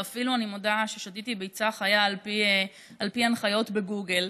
ואפילו אני מודה ששתיתי ביצה חיה על פי ההנחיות בגוגל.